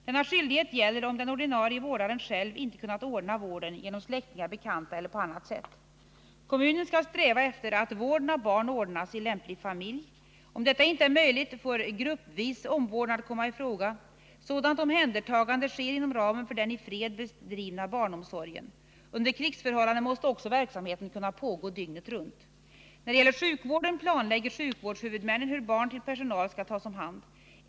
Denna skyldighet gäller om den ordinarie vårdaren själv inte kunnat ordna vården genom släktingar, bekanta eller på annat sätt. Kommunen skall sträva efter att vården av barn ordnas i lämplig familj. Om detta inte är möjligt får gruppvis omvårdnad komma i fråga. Sådant omhändertagande sker inom ramen för den i fred bedrivna barnomsorgen. Under krigsförhållanden måste också verksamheten kunna pågå dygnet runt. När det gäller sjukvården planlägger sjukvårdshuvudmännen hur barn till personal skall tas om hand.